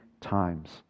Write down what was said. times